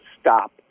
stop